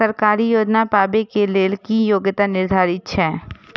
सरकारी योजना पाबे के लेल कि योग्यता निर्धारित छै?